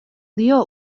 dio